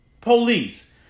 Police